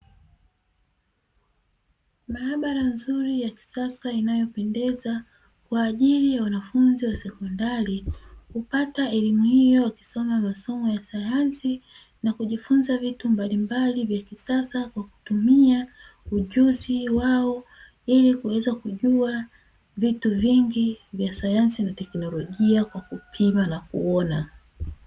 Maabara nzuri ya kisasa inayopendeza kwa ajili ya wanafunzi wa sekondari kupata elimu hiyo, wakisoma masomo ya sayansi na kujifunza vitu mbalimbali vya kisasa kwa kutumia ujuzi wao ili kuweza kujua vitu vingi vya sayansi na teknolojia kwa kupima na kuona.